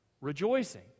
rejoicing